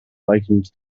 likened